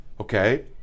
okay